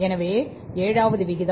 எனவே ஏழாவது விகிதம் என்